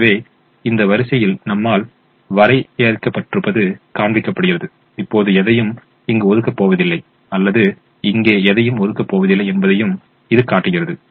எனவே இந்த வரிசையில் நம்மால் வரையப்பட்டிருப்பது காண்பிக்கப்படுகிறது இப்போது எதையும் இங்கு ஒதுக்கப் போவதில்லை அல்லது இங்கே எதையும் ஒதுக்கப் போவதில்லை என்பதையும் இது காட்டுகிறது